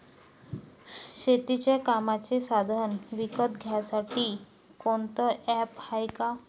शेतीच्या कामाचे साधनं विकत घ्यासाठी कोनतं ॲप हाये का?